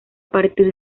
partir